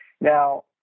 Now